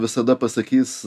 visada pasakys